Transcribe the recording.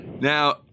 Now